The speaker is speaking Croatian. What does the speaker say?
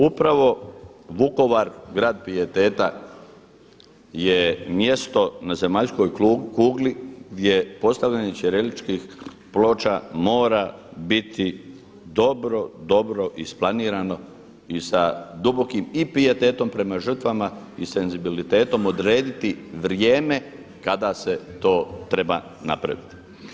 Upravo Vukovar grad pijeteta je mjesto na zemaljskoj kugli gdje postavljane ćiriličnih ploča mora biti dobro, dobro isplanirano i sa dubokim i pijetetom prema žrtvama i senzibilitetom odrediti vrijeme kada se to treba napraviti.